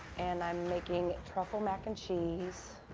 and i'm making truffle mac and cheese,